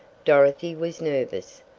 dorothy was nervous,